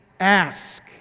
ask